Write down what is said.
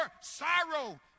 sorrow